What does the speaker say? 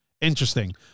interesting